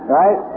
right